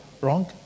wrong